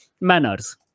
manners